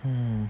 mm